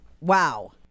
Wow